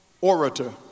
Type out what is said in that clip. orator